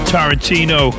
Tarantino